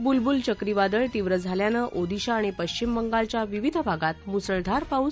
बुलबुल चक्रीवादळ तीव्र झाल्याने ओदिशा आणि पश्चिम बंगालच्या विविध भागात मुसळधार पाऊस